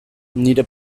nire